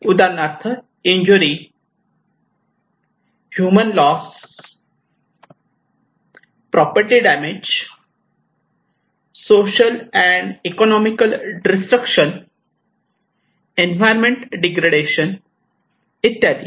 उदाहरणार्थ injury human loss property damage social and economic destruction environment degradation इत्यादी